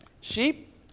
Sheep